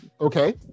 Okay